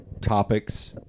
topics